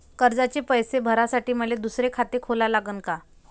कर्जाचे पैसे भरासाठी मले दुसरे खाते खोला लागन का?